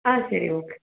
ஆ சரி ஓகே